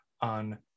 on